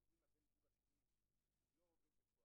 לפני כן אנחנו נאמר שהיום יש הצעת חוק דמי מחלה (היעדרות בשל מחלת ילד).